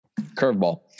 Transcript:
Curveball